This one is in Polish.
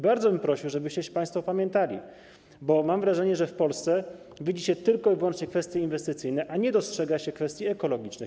Bardzo bym prosił, żebyście się państwo opamiętali, bo mam wrażenie, że w Polsce widzi się tylko i wyłącznie kwestie inwestycyjne, a nie dostrzega się kwestii ekologicznych.